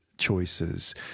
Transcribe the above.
choices